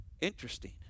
interesting